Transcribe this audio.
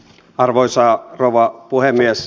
arvoisa rouva puhemies